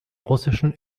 russischen